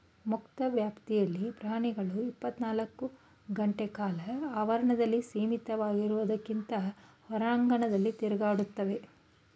ಮುಕ್ತ ವ್ಯಾಪ್ತಿಲಿ ಪ್ರಾಣಿಗಳು ಇಪ್ಪತ್ನಾಲ್ಕು ಗಂಟೆಕಾಲ ಆವರಣದಲ್ಲಿ ಸೀಮಿತವಾಗಿರೋದ್ಕಿಂತ ಹೊರಾಂಗಣದಲ್ಲಿ ತಿರುಗಾಡ್ತವೆ